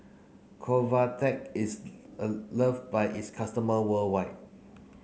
Convatec is a love by its customer worldwide